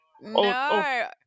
no